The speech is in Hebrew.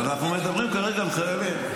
אבל אנחנו מדברים כרגע על חיילים.